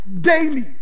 daily